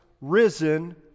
risen